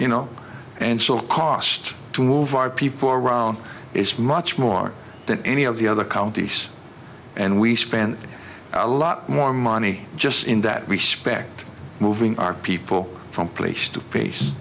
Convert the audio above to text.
you know and so cost to move our people around it's much more than any of the other counties and we spent a lot more money just in that respect moving our people from place to place